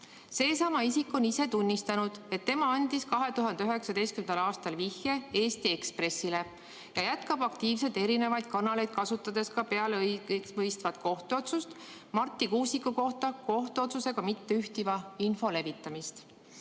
Seesama isik on ise tunnistanud, et tema andiski 2019. aastal vihje Eesti Ekspressile, ja ta jätkab aktiivselt erinevaid kanaleid kasutades ka peale õigeksmõistvat kohtuotsust Marti Kuusiku kohta kohtuotsusega mitteühtiva info levitamist.